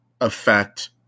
affect